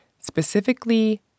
specifically